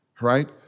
Right